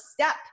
step